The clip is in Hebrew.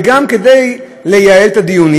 וגם כדי לייעל את הדיונים.